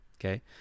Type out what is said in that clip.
okay